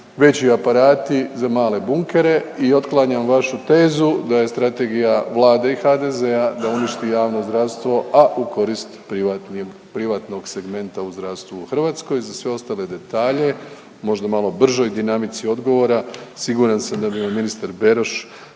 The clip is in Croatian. veći aparati za male bunkere i otklanjam vašu tezu da je strategija Vlade i HDZ-a da uništi javno zdravstvo, a u korist privatnog segmenta u zdravstvu u Hrvatskoj. Za sve ostale detalje možda malo bržoj dinamici odgovora siguran sam da bi vam ministar Beroš